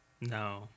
No